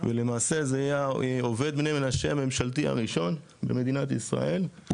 ולמעשה זה יהיה עובד בני מנשה הממשלתי הראשון במדינת ישראל.